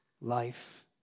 life